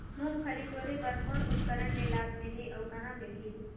मुंगफली टोरे बर कौन उपकरण ले लाभ मिलही अउ कहाँ मिलही?